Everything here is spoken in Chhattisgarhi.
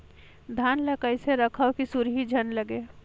धान ल कइसे रखव कि सुरही झन लगे?